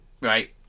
right